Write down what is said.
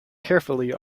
carefully